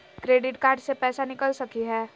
Credit card से पैसा निकल सकी हय?